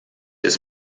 ist